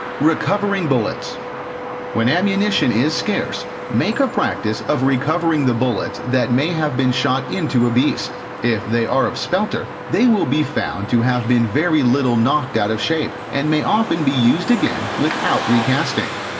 recovering bullets when ammunition is scarce, make a practice of recovering the bullets that may have been shot into a beast if they are of spelter, they will be found to have been very little knocked out of shape, and may often be used again without recasting.